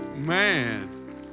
Man